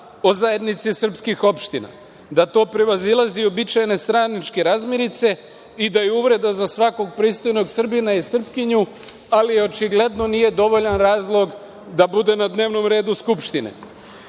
o zajednici srpskih opština, da to prevazilazi uobičajene stranačke razmirice i da je uvreda za svakog pristojnog Srbina i Srpkinju, ali očigledno nije dovoljan razlog da bude na dnevnom redu Skupštine. Poslednji